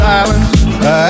Silence